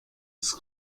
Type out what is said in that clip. das